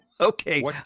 Okay